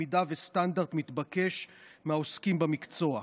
מידה וסטנדרט מתבקש מהעוסקים במקצוע.